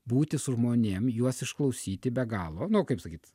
būti su žmonėm juos išklausyti be galo nu kaip sakyt